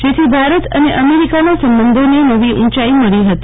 જેથી ભારત અને અમેરિકાના સંબધોને નવી ઉંચાઈ મળી હતી